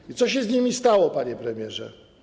I co się z nimi stało, panie premierze?